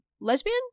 lesbian